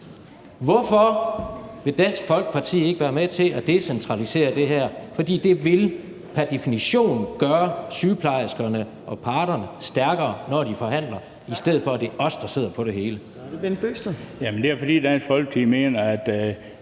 Hvorfor vil Dansk Folkeparti ikke være med til at decentralisere det her, for det vil pr. definition gøre sygeplejerskerne og parterne stærkere, når de forhandler, i stedet for at det er os, der sidder på det hele? Kl. 10:36 Fjerde